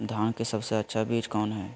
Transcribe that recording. धान की सबसे अच्छा बीज कौन है?